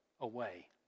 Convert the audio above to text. away